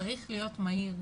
צריך להיות מהיר.